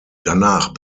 danach